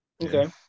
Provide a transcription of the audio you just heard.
okay